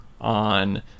on